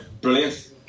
Brilliant